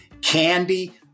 Candy